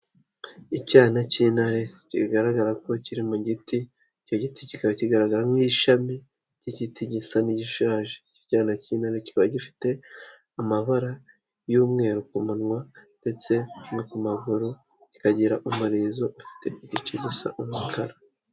Icyana cy'intare kigaragara ko kiri mu giti, icyo giti kikaba kigaragara nk'ishami ry'igiti gisa n'igishaje. Iki cyana k'intare kikaba gifite amabara y'umweru ku munwa ndetse no ku maguru, kikagira umurizo ufite igice gisa umukara.